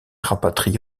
rapatrié